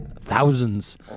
Thousands